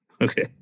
Okay